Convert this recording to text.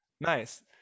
Nice